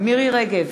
מירי רגב,